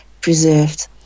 preserved